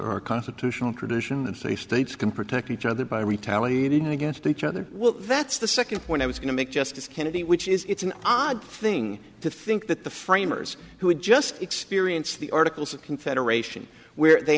prudence or constitutional tradition and say states can protect each other by retaliating against each other well that's the second point i was going to make justice kennedy which is it's an odd thing to think that the framers who had just experienced the articles of confederation where they